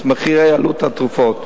מחירי עלות התרופות.